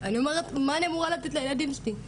אני אומרת מה אני אמורה לתת לילדים שלי,